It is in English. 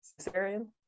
cesarean